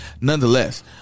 nonetheless